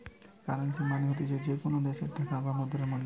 currency মানে হতিছে যে কোনো দ্যাশের টাকার বা মুদ্রার মূল্য